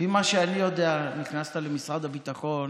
לפי מה שאני יודע, נכנסת למשרד הביטחון